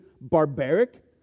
barbaric